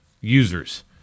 users